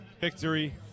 Victory